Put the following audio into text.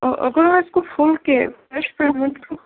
اور اگر میں اِس کو فل کے کیش پیمینٹ دوں